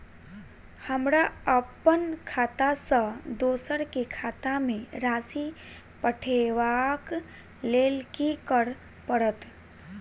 हमरा अप्पन खाता सँ दोसर केँ खाता मे राशि पठेवाक लेल की करऽ पड़त?